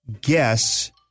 guess